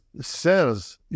says